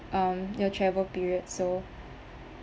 um your travel period so